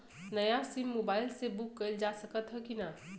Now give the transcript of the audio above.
नया SIM mobile से book कइलजा सकत ह कि ना?